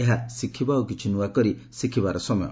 ଏହା ଶିଖିବା ଓ କିଛି ନୂଆ କରି ଶିଖିବାର ସମୟ